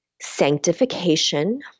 sanctification